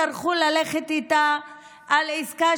הצטרכו ללכת איתה על עסקה,